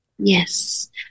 Yes